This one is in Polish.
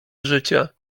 życia